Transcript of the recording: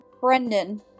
Brendan